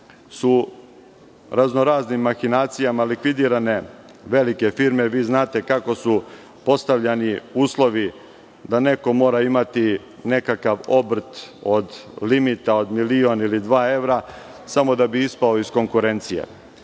su razno-raznim mahinacijama likvidirane velike firme. Vi znate kako su postavljani uslovi da neko mora imati nekakav obrt od limita od milion ili dva evra samo da bi ispao iz konkurencije.